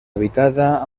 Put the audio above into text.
habitada